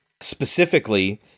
Specifically